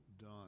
done